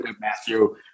Matthew